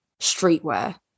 streetwear